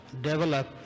develop